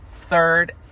third